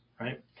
right